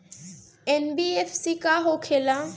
NBFC का होंखे ला?